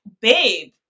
babe